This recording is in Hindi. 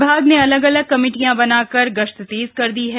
विभाग ने अलग अलग कमेटियां बनाकर गश्त तेज कर दी है